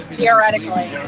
Theoretically